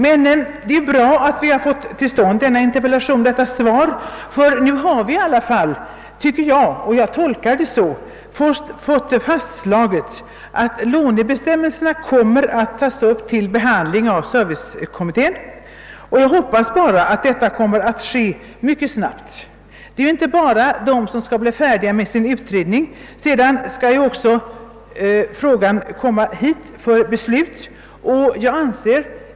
Det är dock bra att vi har fått detta interpellationssvar, ty vi har nu ändå såvitt jag förstår — jag tolkar det så — fått fastslaget att lånebestämmelserna kommer att tas upp till behandling av servicekommittén. Jag hoppas bara att detta kommer att ske mycket snabbt. Vi har ju inte bara att vänta på att den skall bli färdig med sin utredning, utan frågan skall sedan också tas upp i riksdagen för fattande av beslut.